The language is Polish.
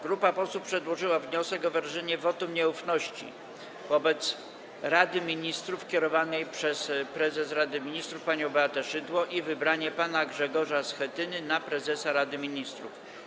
Grupa posłów przedłożyła wniosek o wyrażenie wotum nieufności wobec Rady Ministrów kierowanej przez prezes Rady Ministrów panią Beatę Szydło i wybranie pana Grzegorza Schetyny na prezesa Rady Ministrów.